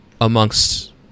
amongst